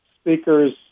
speakers